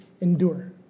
Endure